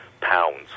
pounds